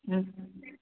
ହୁଁ